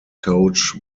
coach